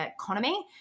economy